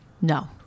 No